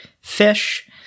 fish